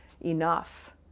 enough